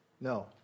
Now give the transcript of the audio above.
No